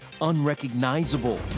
unrecognizable